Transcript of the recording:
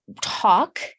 talk